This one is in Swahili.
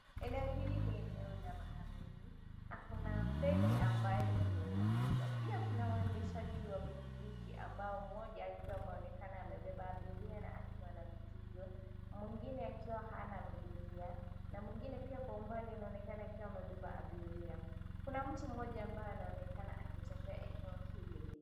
Eneo hili ni eneo la baharini na kuna feri ambayo imeegeshwa. Pia kuna waendeshaji wa pikipiki ambao mmoja akiwa ameonekana amebeba abiria na akiwa na mzigo, mwingine akiwa hana abiria, na mwingine pia kwa umbali anaonekana akiwa amebeba abiria. Kuna mtu mmoja ambaye anaonekana akitembea eneo hili.